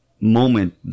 moment